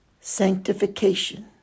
Sanctification